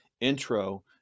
intro